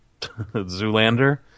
Zoolander